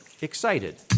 excited